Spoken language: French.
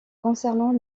concernant